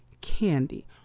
candy